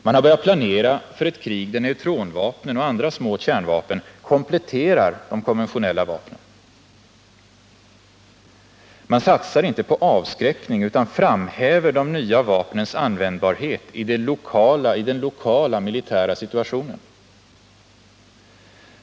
Man har börjat planera för ett krig där neutronvapen och andra små kärnvapen kompletterar de konventionella vapnen. Man satsar inte på avskräckning utan framhäver de nya vapnens användbarhet i den lokala militära situationen.